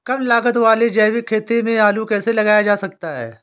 कम लागत वाली जैविक खेती में आलू कैसे लगाया जा सकता है?